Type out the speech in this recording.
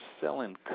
selling